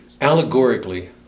Allegorically